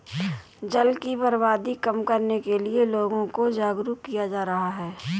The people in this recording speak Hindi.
जल की बर्बादी कम करने के लिए लोगों को जागरुक किया जा रहा है